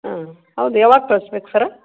ಹಾಂ ಹೌದು ಯಾವಾಗ ತರ್ಸ ಬೇಕು ಸರ